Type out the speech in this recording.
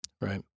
Right